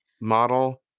model